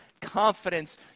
confidence